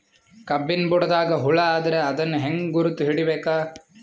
ಕಬ್ಬಿನ್ ಬುಡದಾಗ ಹುಳ ಆದರ ಅದನ್ ಹೆಂಗ್ ಗುರುತ ಹಿಡಿಬೇಕ?